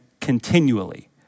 continually